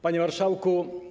Panie Marszałku!